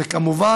וכמובן,